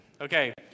Okay